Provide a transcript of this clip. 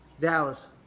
Dallas